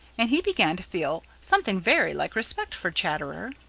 and he began to feel something very like respect for chatterer.